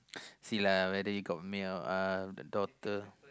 see lah whether you got milk uh the daughter